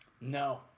No